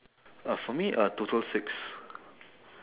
uh for me uh total six